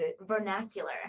vernacular